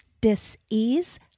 Dis-ease